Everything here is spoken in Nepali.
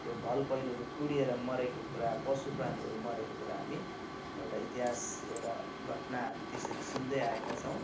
त्यो भल पहिरोले पुरिएर मरेको कुरा पशु प्राणीहरू मरेको कुरा हामी एउटा हतिहास एउटा घटना हामी त्यसरी सुन्दै आएका छौँ